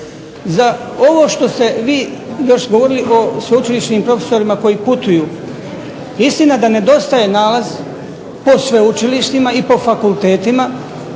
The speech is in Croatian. za ovo što ste vi još govorili o sveučilišnim profesorima koji putuju istina da nedostaje nalaz po sveučilištima i po fakultetima,